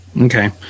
Okay